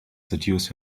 seduce